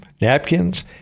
napkins